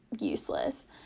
useless